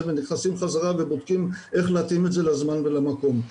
ונכנסים חזרה ובודקים איך להתאים את זה לזמן ולמקום.